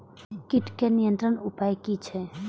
कीटके नियंत्रण उपाय कि छै?